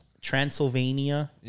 Transylvania